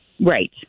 Right